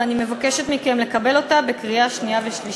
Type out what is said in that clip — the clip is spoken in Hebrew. ואני מבקשת מכם לקבל אותה בקריאה שנייה ושלישית.